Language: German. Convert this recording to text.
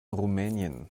rumänien